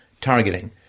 targeting